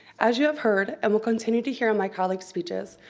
as you have heard, and will continue to hear in my colleagues' speeches,